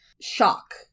shock